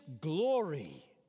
glory